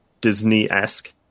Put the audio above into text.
disney-esque